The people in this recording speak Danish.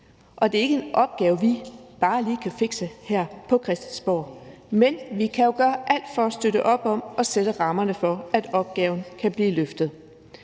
og det er ikke en opgave, vi bare lige kan fikse her på Christiansborg. Men vi kan jo gøre alt for at støtte op om at sætte rammerne for, at opgaven kan blive løftet.